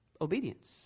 obedience